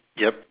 yup